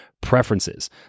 preferences